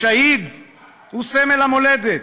השהיד הוא סמל המולדת.